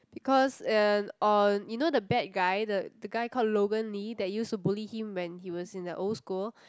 because um on you know the bad guy the the guy called Logan Nee that used to bully he when he was in the old school